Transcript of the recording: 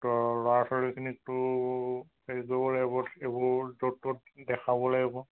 ত' ল'ৰা ছোৱালীখিনিকতো হেৰি কৰিব লাগিব এইবোৰ য'ত ত'ত দেখাব লাগিব